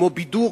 כמו בידור,